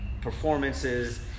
performances